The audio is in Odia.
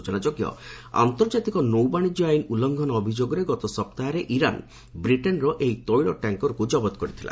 ସ୍ୱଚନା ଯୋଗ୍ୟ ଆନ୍ତର୍ଜାତିକ ନୌବାଶିଜ୍ୟ ଆଇନ୍ ଉଲ୍ଲ୍ଘନ ଅଭିଯୋଗରେ ଗତ ସପ୍ତାହରେ ଇରାନ୍ ବ୍ରିଟେନ୍ର ଏହି ତୈଳ ଟ୍ୟାଙ୍କ୍ରକୁ ଜବତ କରିଥିଲା